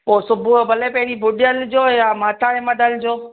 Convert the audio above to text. पोइ सुबुह जो भले पहिरीं भुज हलिजो या माता जे मड हलिजो